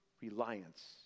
reliance